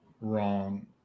wrong